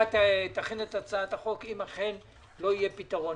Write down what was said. אתה תכין את הצעת החוק אם אכן לא יהיה פתרון.